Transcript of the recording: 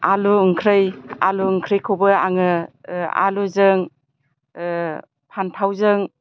आलु ओंख्रै आलु ओंख्रै खौबो आं आलुजों फानथावजों आङो फानथावखौहाय